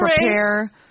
Prepare